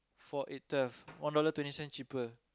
four eight twelve one dollar twenty cents cheaper